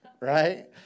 Right